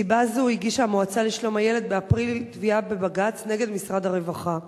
מסיבה זו הגישה המועצה לשלום הילד באפריל תביעה בבג"ץ נגד משרד הרווחה.